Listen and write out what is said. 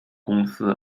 公司